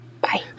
Bye